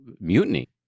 mutiny